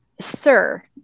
sir